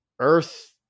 earth